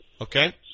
Okay